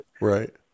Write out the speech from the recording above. Right